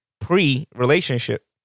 pre-relationship